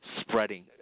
spreading